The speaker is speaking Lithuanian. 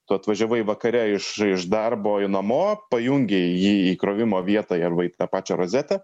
tu atvažiavai vakare iš iš darbo į namo pajungei jį į krovimo vietą arba į tą pačią rozetę